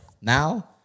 now